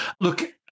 Look